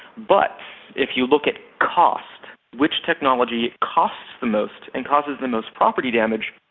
but if you look at cost, which technology costs the most and causes the most property damage,